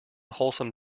wholesome